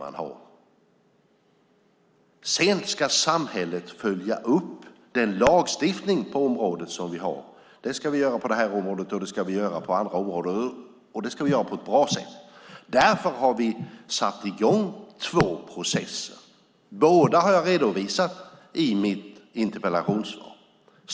Samhället ska följa upp den lagstiftning vi har på området. Det ska vi göra på det här området och på andra områden, och det ska vi göra på ett bra sätt. Därför har vi satt i gång två processer. Jag har redovisat dem i mitt interpellationssvar.